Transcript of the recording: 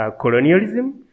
colonialism